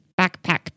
backpack